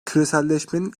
küreselleşmenin